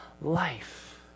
life